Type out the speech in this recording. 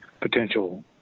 potential